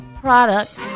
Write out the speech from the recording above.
product